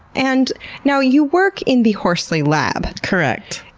and now you work in the horsley lab. correct.